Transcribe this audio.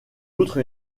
outre